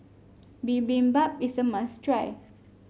bibimbap is a must try